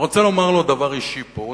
אני רוצה לומר לו דבר אישי פה.